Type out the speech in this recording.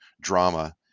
drama